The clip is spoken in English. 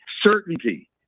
certainty